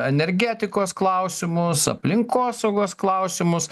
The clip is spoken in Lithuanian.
energetikos klausimus aplinkosaugos klausimus